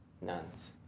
nuns